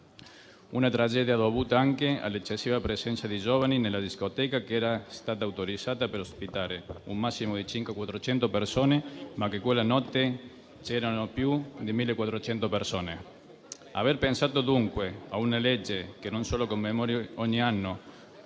una tragedia dovuta anche all'eccessiva presenza di giovani nella discoteca, autorizzata per ospitare un massimo di circa 400 persone, ma che quella notte ne conteneva più di 1.400. Aver pensato dunque a una legge che non solo commemori ogni anno